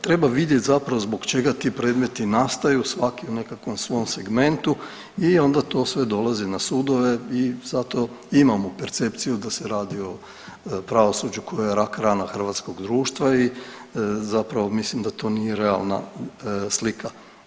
Treba vidjeti zapravo zbog čega ti predmeti nastaju, svaki u nekakvom svom segmentu i onda to sve dolazi na sudove i zato imamo percepciju da se radi o pravosuđu koja je rak rana hrvatskog društva i zapravo mislim da to nije realna slika.